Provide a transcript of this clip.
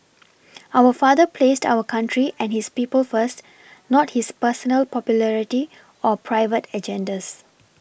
our father placed our country and his people first not his personal popularity or private agendas